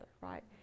right